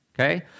Okay